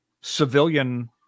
civilian